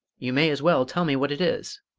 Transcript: you may as well tell me what it is!